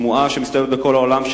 שמועה שמסתובבת בכל העולם,